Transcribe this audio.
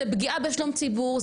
זאת פגיעה בשלום הציבור,